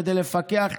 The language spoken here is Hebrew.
כדי לפקח,